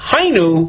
Hainu